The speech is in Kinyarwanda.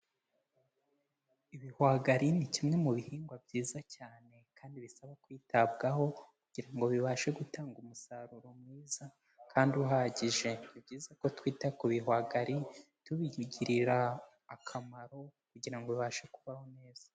Ibihwagari ni kimwe mu bihingwa byiza cyane kandi bisaba kwitabwaho kugira ngo bibashe gutanga umusaruro mwiza kandi uhagije. Ni byiza ko twita ku bihwagari tubigirira akamaro kugira ngo bibashe kubaho neza.